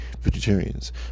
Vegetarians